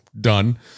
done